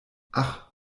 ach